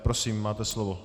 Prosím, máte slovo.